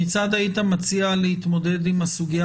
כיצד היית מציע להתמודד עם הסוגיה